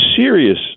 serious